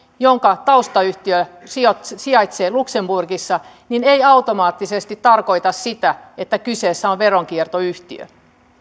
jonka taustayhtiö sijaitsee sijaitsee luxemburgissa niin se ei automaattisesti tarkoita sitä että kyseessä on veronkiertoyhtiö